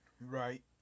Right